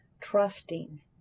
trusting